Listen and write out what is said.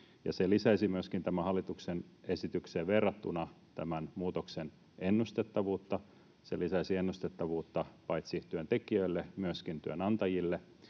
se lisäisi tähän hallituksen esitykseen verrattuna myöskin tämän muutoksen ennustettavuutta. Se lisäisi ennustettavuutta paitsi työntekijöille, myöskin työnantajille,